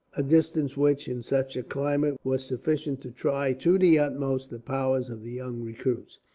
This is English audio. a distance which, in such a climate, was sufficient to try to the utmost the powers of the young recruits.